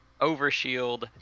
Overshield